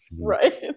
Right